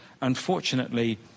Unfortunately